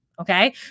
Okay